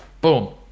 Boom